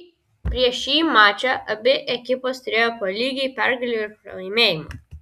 prieš šį mačą abi ekipos turėjo po lygiai pergalių ir pralaimėjimų